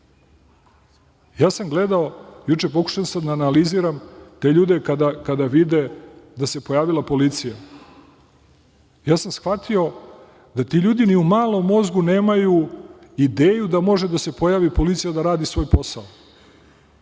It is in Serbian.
Gledao sam, juče samo pokušao da analiziram te ljude kada vide da se pojavila policija, svatio sam da ti ljudi ni u malom mozgu nemaju ideju da može da se pojavi policija da radi svoj posao.